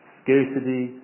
scarcity